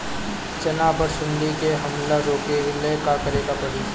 चना पर सुंडी के हमला रोके ला का करे के परी?